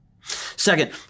Second